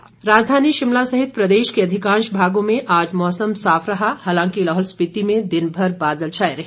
मौसम राजधानी शिमला सहित प्रदेश के अधिकांश भागों में आज मौसम साफ रहा हालांकि लाहौल स्पीति में दिन भर बादल छाए रहे